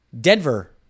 Denver